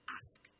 ask